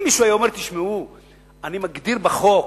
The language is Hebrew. אם מישהו היה אומר: אני מגדיר בחוק,